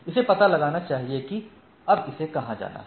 इसे पता होना चाहिए कि अब इसे कहां जाना है